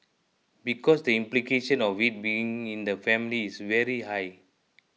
because the implication of it being in the family is very high